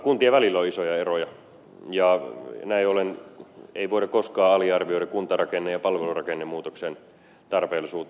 kuntien välillä on isoja eroja ja näin ollen ei voida koskaan aliarvioida kuntarakenne ja palvelurakennemuutoksen tarpeellisuutta